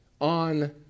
on